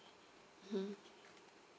mm